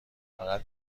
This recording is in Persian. فقط